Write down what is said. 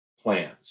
plans